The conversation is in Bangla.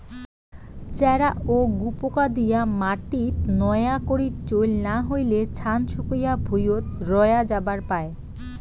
চ্যারা ও গুপোকা দিয়া মাটিত নয়া করি চইল না হইলে, ছান শুকিয়া ভুঁইয়ত রয়া যাবার পায়